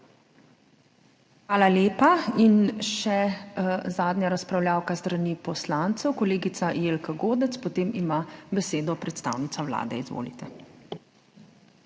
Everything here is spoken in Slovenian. Hvala lepa. In še zadnja razpravljavka s strani poslancev, kolegica Jelka Godec, potem pa dobi besedo predstavnica Vlade. Izvolite.